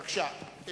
בבקשה.